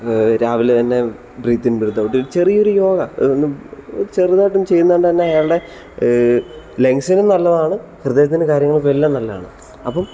രാവിലെ തന്നെ breathe in breathe out ചെറിയൊരു യോഗ ഒന്ന് ചെറുതായിട്ട് ചെയ്യുന്നത് കൊണ്ട് തന്നെ അയാളുടെ ലങ്സിനും നല്ലതാണ് ഹൃദയത്തിൻ്റെ കാര്യങ്ങൾക്കും നല്ലതാണ് അപ്പം